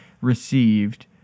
received